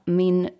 min